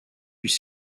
puis